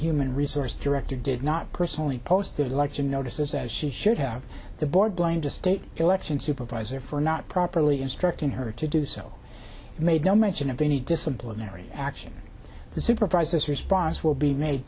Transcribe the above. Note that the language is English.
human resource director did not personally post election notices as she should have the board blame to state election supervisor for not properly instructing her to do so and made no mention of any disciplinary action the supervisors response will be made